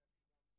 לגבי עובדת,